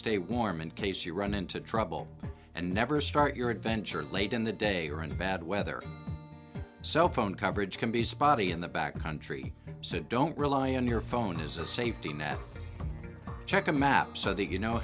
stay warm in case you run into trouble and never start your adventure late in the day or in bad weather cell phone coverage can be spotty in the back country so don't rely on your phone as a safety net check a map so that you know